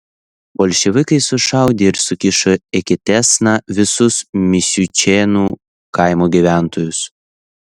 bolševikai sušaudė ir sukišo eketėsna visus misiučėnų kaimo gyventojus